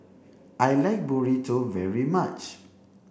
I like Burrito very much